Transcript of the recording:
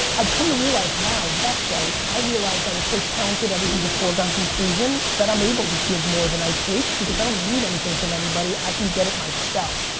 i've come to realize, wow, that's right, i realized i was so talented, everything's a foregone conclusion, that i'm able to give more than i take, because i don't need anything from anybody, i can get it myself.